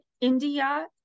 India